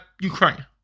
Ukraine